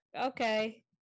okay